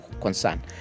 concern